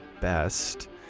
best